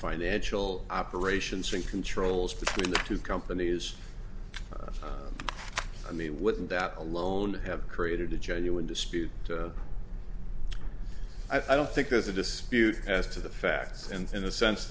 financial operations and controls between the two companies i mean wouldn't that alone have created a genuine dispute i don't think there's a dispute as to the facts in the sense